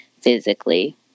physically